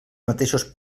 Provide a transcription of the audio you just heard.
mateixos